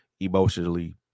Emotionally